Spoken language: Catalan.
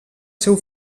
seu